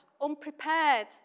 unprepared